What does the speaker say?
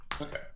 Okay